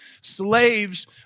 slaves